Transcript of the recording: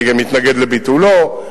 ואני גם מתנגד לביטולו.